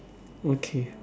okay